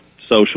social